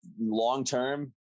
Long-term